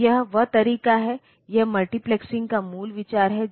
तो यह reset out pin है